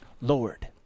Lord